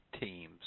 teams